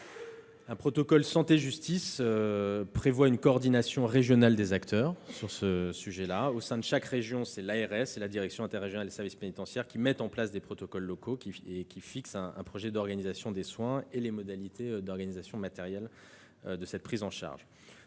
Un protocole santé-justice prévoit une coordination régionale des acteurs sur ce sujet. Au sein de chaque région, l'ARS et la direction interrégionale des services pénitentiaires mettent en place des protocoles locaux, qui fixent un projet d'organisation des soins et les modalités d'organisation matérielle de cette prise en charge.